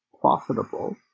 profitable